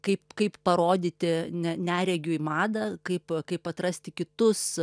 kaip kaip parodyti ne neregiui madą kaip kaip atrasti kitus